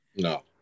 No